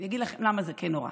אני אגיד לכם למה זה כן נורא.